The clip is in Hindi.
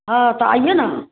हाँ तो आइए ना